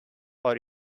our